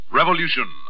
revolution